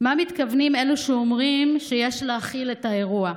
מה מתכוונים אלה שאומרים שיש להכיל את האירוע?